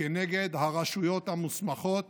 וכנגד הרשויות המוסמכות